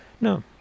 No